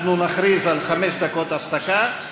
נראה לי שאם הוא לא פה אז נכריז על הפסקה,